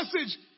message